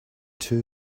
too